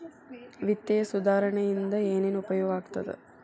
ವಿತ್ತೇಯ ಸುಧಾರಣೆ ಇಂದ ಏನೇನ್ ಉಪಯೋಗ ಆಗ್ತಾವ